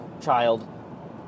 child